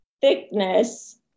thickness